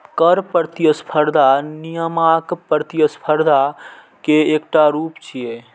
कर प्रतिस्पर्धा नियामक प्रतिस्पर्धा के एकटा रूप छियै